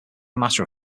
matter